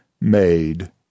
made